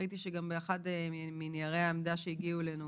ראיתי שבאחד מניירות העמדה שהגיעו אלינו